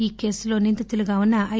ఈ కేసులో నిందితులుగా వున్న ఐ